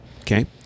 Okay